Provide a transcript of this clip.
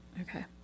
Okay